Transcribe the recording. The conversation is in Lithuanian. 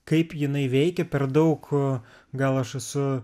kaip jinai veikia per daug gal aš esu